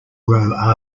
grow